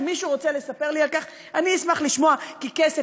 אם מישהו רוצה לספר לי על כך,